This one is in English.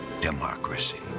democracy